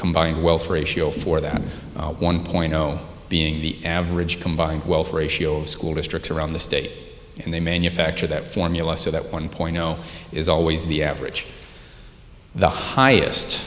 combined wealth ratio for that one point zero being the average combined ratio of school districts around the state and they manufacture that formula so that one point zero is always the average the highest